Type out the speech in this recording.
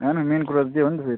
होइन मेन कुरा त त्यो हो नि त फेरि